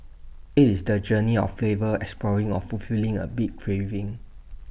IT is the journey of flavor exploring or fulfilling A big craving